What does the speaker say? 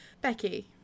Becky